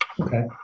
Okay